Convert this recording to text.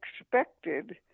expected